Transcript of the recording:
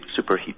superheat